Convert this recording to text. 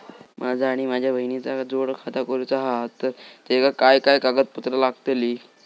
माझा आणि माझ्या बहिणीचा जोड खाता करूचा हा तर तेका काय काय कागदपत्र लागतली?